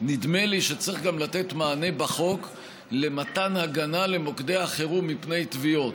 נדמה לי שצריך גם לתת מענה בחוק למתן הגנה למוקדי החירום מפני תביעות,